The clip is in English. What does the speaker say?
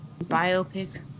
biopic